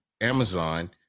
Amazon